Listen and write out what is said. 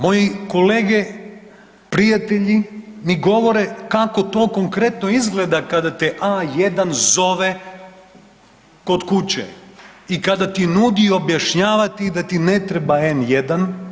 Moji kolege prijatelji mi govore kako to konkretno izgleda kada te A1 zove kod kuće i kada ti nudi, objašnjava ti da ti ne treba N1.